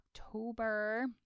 October